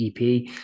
EP